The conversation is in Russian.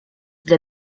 для